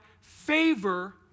favor